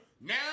Now